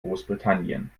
großbritannien